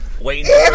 waiting